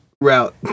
route